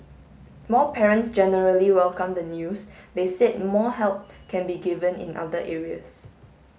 more parents generally welcomed the news they said more help can be given in other areas